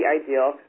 ideal